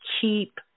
keep